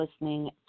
listening